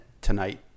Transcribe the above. tonight